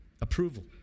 Approval